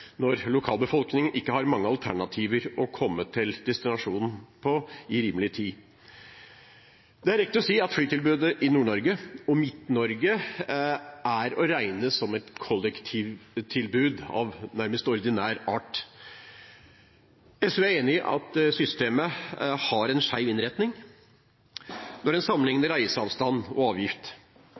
når lokalbefolkningen ikke har mange alternativer for å komme til destinasjonen i rimelig tid. Det er riktig å si at flytilbudet i Nord-Norge og Midt-Norge er å regne som et kollektivtilbud av nærmest ordinær art. SV er enig i at systemet har en skjev innretning når en sammenligner reiseavstand og avgift.